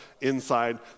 inside